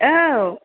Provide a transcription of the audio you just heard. औ